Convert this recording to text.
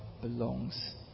belongs